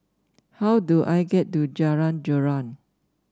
how do I get to Jalan Joran